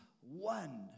one